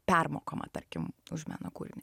permokama tarkim už meno kūrinį